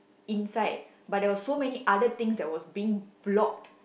inside but there was so many other things that was being blocked